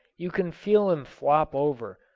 you can feel him flop over,